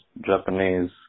Japanese